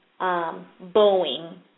Boeing